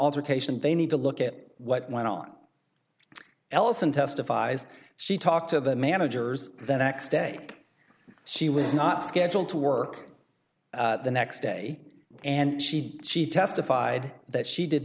altercation they need to look at what went on ellison testifies she talked to the managers that next day she was not scheduled to work the next day and she she testified that she did